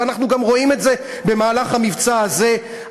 ואנחנו גם רואים את זה במהלך המבצע הזה,